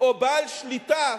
או בעל שליטה,